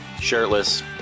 shirtless